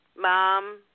mom